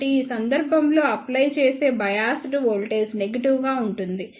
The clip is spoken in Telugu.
కాబట్టి ఈ సందర్భంలో అప్లై చేసే బయాస్డ్ వోల్టేజ్ నెగిటివ్ గా ఉంటుంది